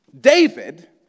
David